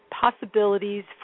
possibilities